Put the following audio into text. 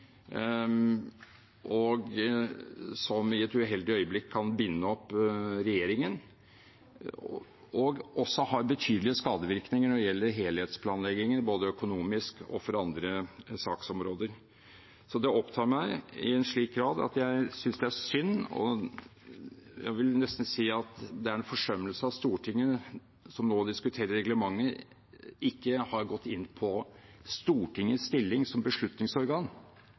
og som i et uheldig øyeblikk kan binde opp regjeringen, og også har betydelige skadevirkninger når det gjelder helhetsplanleggingen både økonomisk og for andre saksområder. Det opptar meg i en slik grad at jeg synes det er synd – og jeg vil nesten si at det er en forsømmelse av Stortinget, som nå diskuterer reglementet – at man ikke har gått inn på Stortingets stilling som beslutningsorgan